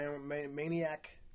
maniac